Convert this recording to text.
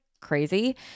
crazy